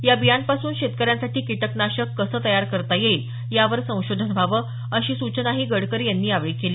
या बियांपासून शेतकऱ्यांसाठी कीटकनाशक कसं तयार करता येईल यावर संशोधन व्हावं अशी सूचनाही गडकरी यांनी यावेळी केली